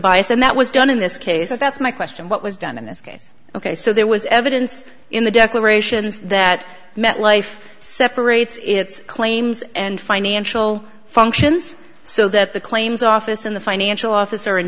bias and that was done in this case is that's my question what was done in this case ok so there was evidence in the declarations that met life separates its claims and financial functions so that the claims office in the financial officer